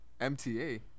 MTA